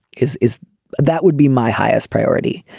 is is that would be my highest priority.